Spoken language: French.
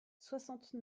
soixante